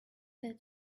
that